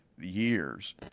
years